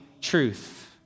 truth